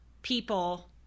people